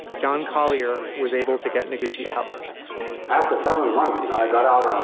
john collier was able to get noguchi out after seven months, and i got out on